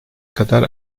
kadar